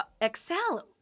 Excel